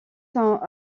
sont